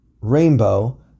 rainbow